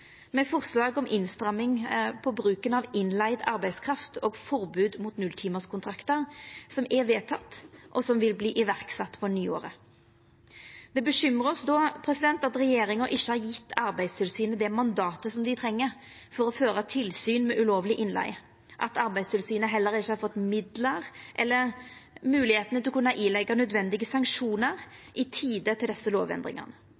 med forslag om innstramming i bruken av innleigd arbeidskraft og forbod mot nulltimarskontraktar, som er vedteke, og som vil verta sett i verk på nyåret. Det bekymrar oss då at regjeringa ikkje har gjeve Arbeidstilsynet det mandatet dei treng for å føra tilsyn med ulovleg innleige, og at Arbeidstilsynet heller ikkje har fått midlar eller moglegheiter til å kunna påleggja nødvendige sanksjonar i tide til desse lovendringane.